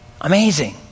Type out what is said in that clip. Amazing